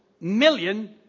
million